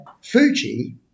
Fuji